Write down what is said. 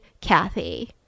kathy